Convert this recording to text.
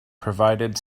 provided